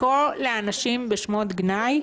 לקרוא לאנשים בשמות גנאי,